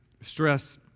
stress